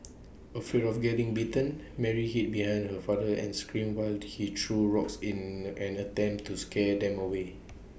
afraid of getting bitten Mary hid behind her father and screamed while he threw rocks in an attempt to scare them away